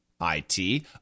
I-T